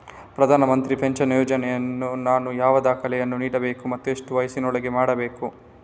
ಪ್ರಧಾನ ಮಂತ್ರಿ ಪೆನ್ಷನ್ ಯೋಜನೆಗೆ ನಾನು ಯಾವ ದಾಖಲೆಯನ್ನು ನೀಡಬೇಕು ಮತ್ತು ಎಷ್ಟು ವಯಸ್ಸಿನೊಳಗೆ ಮಾಡಬೇಕು?